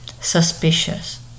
suspicious